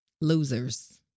Losers